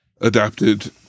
adapted